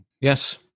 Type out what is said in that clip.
Yes